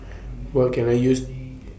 What Can I use